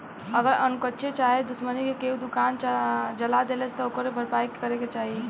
अगर अन्चक्के चाहे दुश्मनी मे केहू दुकान जला देलस त ओकर भरपाई के करे के चाही